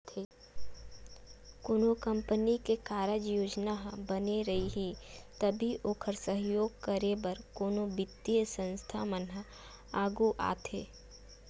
कोनो कंपनी के कारज योजना ह बने रइही तभी ओखर सहयोग करे बर कोनो बित्तीय संस्था मन ह आघू आथे